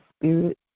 Spirit